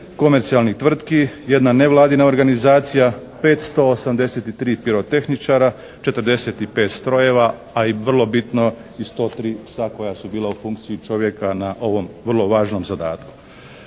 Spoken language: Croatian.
komercijalnih tvrtki, jedna nevladina organizacija, 583 pirotehničara, 45 strojeva a i vrlo bitno i 103 psa koja su bila u funkciji čovjeka na ovom vrlo važnom zadatku.